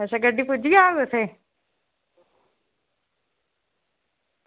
अच्छा गड्डी पुज्जी जाह्ग उत्थें